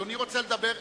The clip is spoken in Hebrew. אדוני רוצה לדבר,